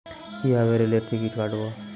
কিভাবে রেলের টিকিট কাটব?